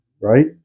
right